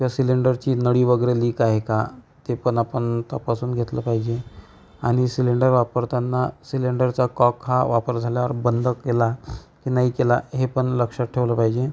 त्या सिलेंडरची नळी वगैरे लिक आहे का ते पण आपण तपासून घेतलं पाहिजे आणि सिलेंडर वापरताना सिलेंडरचा कॉक हा वापर झाल्यावर बंद केला की नाही केला हे पण लक्षात ठेवलं पाहिजे